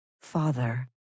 Father